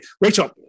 Rachel